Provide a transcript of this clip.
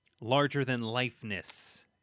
larger-than-lifeness